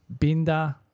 Binder